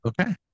Okay